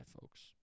folks